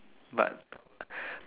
but